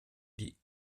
die